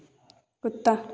कुत्ता